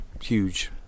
huge